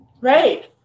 Right